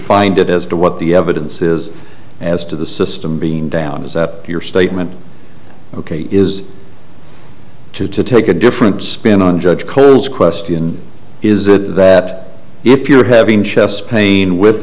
find it as to what the evidence is as to the system being down is that your statement ok is to take a different spin on judge co's question is it that if you're having chest pain with